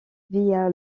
via